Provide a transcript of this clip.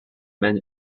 many